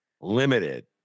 limited